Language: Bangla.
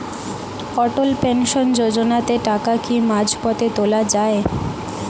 অটল পেনশন যোজনাতে টাকা কি মাঝপথে তোলা যায়?